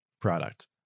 product